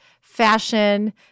fashion